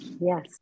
yes